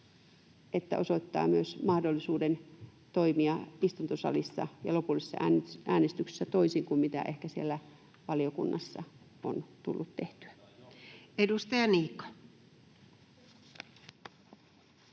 että osoittaa myös mahdollisuuden toimia istuntosalissa ja lopullisessa äänestyksessä toisin kuin mitä ehkä siellä valiokunnassa on tullut tehtyä. [Speech 131]